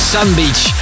Sunbeach